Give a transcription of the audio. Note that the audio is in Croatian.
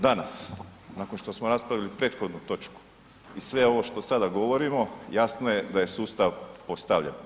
Danas, nakon što smo raspravili prethodnu točku i sve ovo što sada govorimo jasno je da je sustav postavljen.